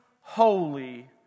holy